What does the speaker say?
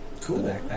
Cool